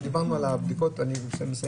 אנחנו דיברנו על הבדיקות הסרולוגיות.